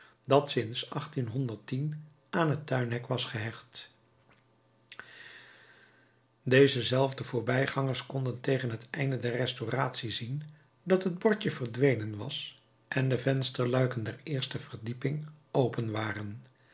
dat sinds aan het tuinhek was gehecht deze zelfde voorbijgangers konden tegen het einde der restauratie zien dat het bordje verdwenen was en de vensterluiken der eerste verdieping open waren